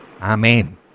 Amen